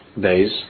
days